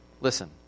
Listen